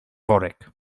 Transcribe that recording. worek